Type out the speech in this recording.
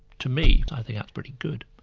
to me i think that's pretty good.